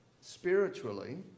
Spiritually